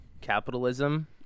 capitalism